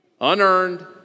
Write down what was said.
unearned